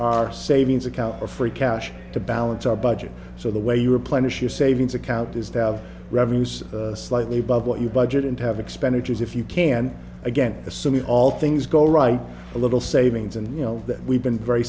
our savings account or free cash to balance our budget so the way you replenish your savings account is to have revenues slightly above what you budget and have expenditures if you can again assuming all things go right a little savings and you know that we've been very